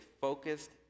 focused